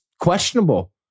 questionable